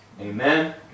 Amen